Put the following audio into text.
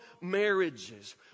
marriages